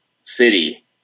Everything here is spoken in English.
city